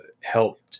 helped